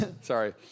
Sorry